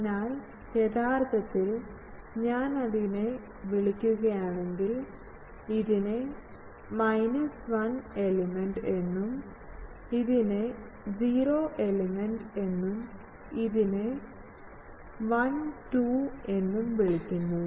അതിനാൽ യഥാർത്ഥത്തിൽ ഞാൻ അതിനെ വിളിക്കുകയാണെങ്കിൽ ഇതിനെ മൈനസ് 1 എലമെന്റ് എന്നും ഇതിനെ 0 എലമെന്റ് എന്നും ഇതിനെ 12 എന്നും വിളിക്കുന്നു